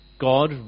God